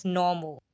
normal